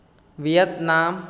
Vietnam